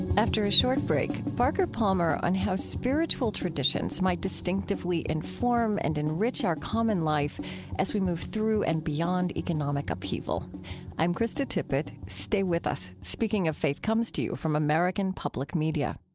after a short break, parker palmer on how spiritual traditions might distinctively inform and enrich our common life as we move through and beyond economic upheaval i'm krista tippett. stay with us. speaking of faith comes to you from american public media